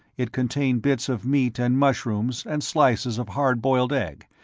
it contained bits of meat, and mushrooms, and slices of hard-boiled egg,